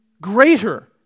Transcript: greater